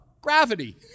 gravity